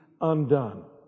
undone